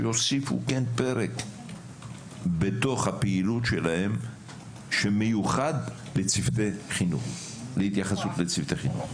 שיוסיפו פרק בתוך הפעילות שלהם שמיוחד להתייחסות לצוותי רפואה.